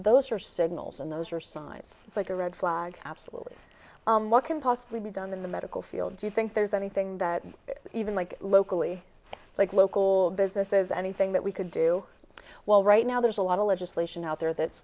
those are signals and those are signs like a red flag absolutely what can possibly be done in the medical field do you think there's anything that even like locally like local businesses anything that we could do well right now there's a lot of legislation out there that